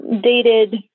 dated